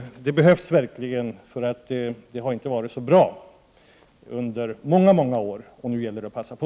Det behövs verkligen, för det har inte varit så bra under många år, och nu gäller det att passa på.